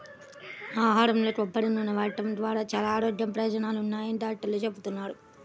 ఆహారంలో కొబ్బరి నూనె వాడటం ద్వారా చాలా ఆరోగ్య ప్రయోజనాలున్నాయని డాక్టర్లు చెబుతున్నారు